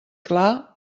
clar